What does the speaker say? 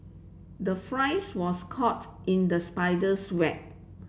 the flies was caught in the spider's web